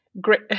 Great